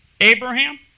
Abraham